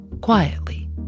quietly